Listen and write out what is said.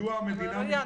מדוע המדינה --- רועי,